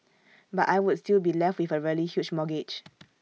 but I would still be left with A really huge mortgage